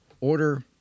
order